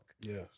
Yes